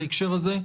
בהקשר הזה,